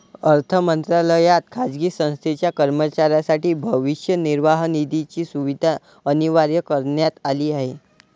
अर्थ मंत्रालयात खाजगी संस्थेच्या कर्मचाऱ्यांसाठी भविष्य निर्वाह निधीची सुविधा अनिवार्य करण्यात आली आहे